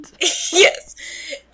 Yes